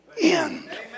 end